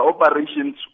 operations